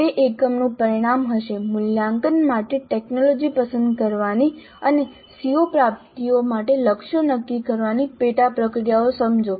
તે એકમનું પરિણામ હશે મૂલ્યાંકન માટે ટેકનોલોજી પસંદ કરવાની અને CO પ્રાપ્તિઓ માટે લક્ષ્યો નક્કી કરવાની પેટા પ્રક્રિયાઓને સમજો